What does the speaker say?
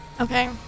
Okay